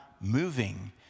moving